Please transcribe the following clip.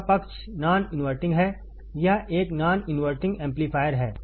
वह पक्ष non inverting है यह एक नॉन इनवर्टिंग एम्पलीफायर है